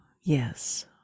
yes